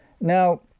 Now